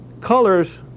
colors